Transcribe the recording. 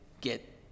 get